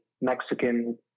Mexican